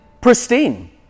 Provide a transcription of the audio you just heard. pristine